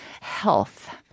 health